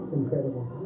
incredible